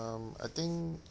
I think